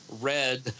red